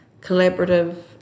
collaborative